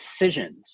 decisions